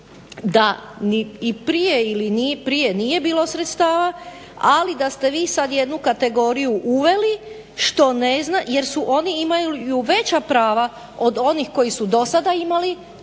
da i prije ili nije prije bilo sredstava ali da ste vi sada jednu kategoriju uveli jer oni imaju veća prava od onih koji su do sada imali